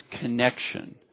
connection